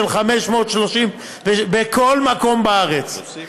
בכל מקום בארץ,